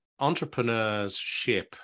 entrepreneurship